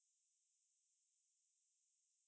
like maybe you only one toilet break